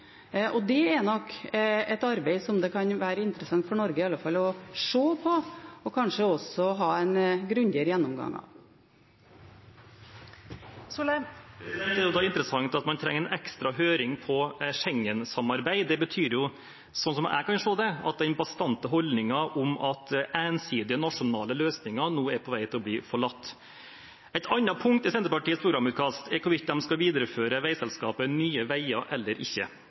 og det er nok et arbeid som det kan være interessant for Norge i alle fall å se på og kanskje også ha en grundigere gjennomgang av. Det er interessant at man trenger en ekstra høring om Schengen-samarbeid. Det betyr jo, slik jeg kan se det, at den bastante holdningen om ensidig nasjonale løsninger nå er på vei til å bli forlatt. Et annet punkt i Senterpartiets programutkast er hvorvidt man skal videreføre veiselskapet Nye Veier eller ikke.